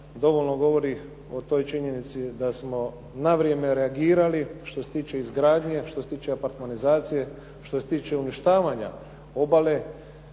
dovoljno govori o toj činjenici da smo na vrijeme reagirali, što se tiče izgradnje, što se tiče apartmanizacije, što se tiče uništavanja obale